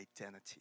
identity